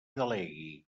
delegui